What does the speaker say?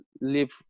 live